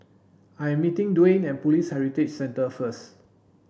I am meeting Dewayne at Police Heritage Centre first